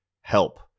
help